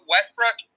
Westbrook